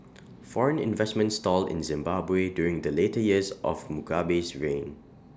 foreign investment stalled in Zimbabwe during the later years of Mugabe's reign